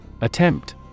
Attempt